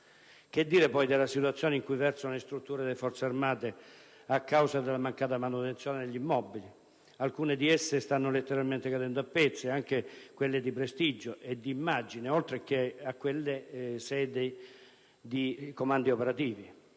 Che dire poi della situazione in cui versano le strutture delle Forze armate a causa della mancata manutenzione degli immobili? Alcune di esse stanno letteralmente cadendo a pezzi, anche quelle di prestigio e di immagine, oltre che quelle sede di comandi operativi.